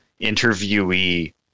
interviewee